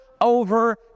over